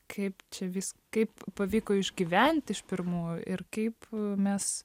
kaip čia vis kaip pavyko išgyvent iš pirmųjų ir kaip mes